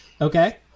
Okay